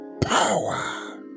power